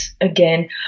again